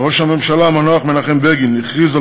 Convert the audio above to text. כשראש הממשלה המנוח מנחם בגין הכריז על